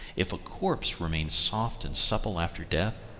if a corpse remains soft and supple after death,